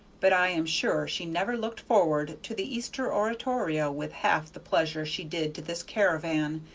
but i am sure she never looked forward to the easter oratorio with half the pleasure she did to this caravan,